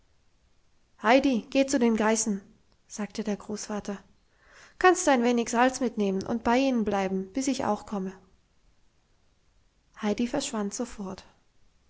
heidi geh zu den geißen sagte der großvater kannst ein wenig salz mitnehmen und bei ihnen bleiben bis ich auch komme heidi verschwand sofort